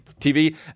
TV